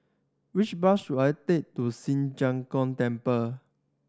which bus should I take to Ci Zheng Gong Temple